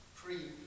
free